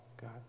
God